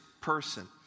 person